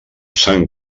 sant